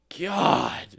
God